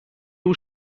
two